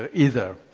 ah either,